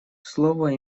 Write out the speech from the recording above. слово